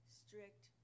strict